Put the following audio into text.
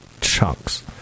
chunks